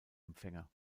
empfänger